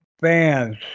fans